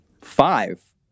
Five